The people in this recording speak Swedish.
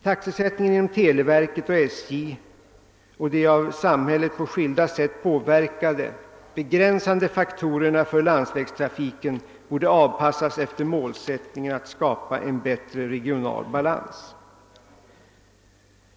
Taxesättningen inom televerket och SJ samt de av samhället på skilda satt påverkade begränsande faktorerna för landsvägstrafiken borde avpassas efter målsättningen att skapa en bättre regional balans.